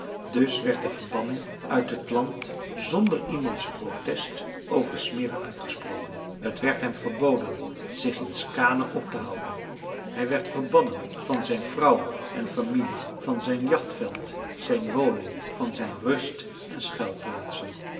dus werd de verbanning uit het land zonder iemands protest over smirre uitgesproken het werd hem verboden zich in skaane op te houden hij werd verbannen van zijn vrouw en familie van zijn jachtveld zijn woning van zijn